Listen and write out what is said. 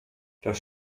das